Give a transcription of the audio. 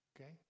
Okay